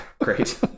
great